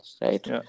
right